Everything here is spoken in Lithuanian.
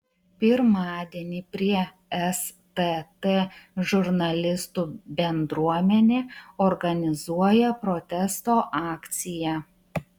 pirmadienį prie stt žurnalistų bendruomenė organizuoja protesto akciją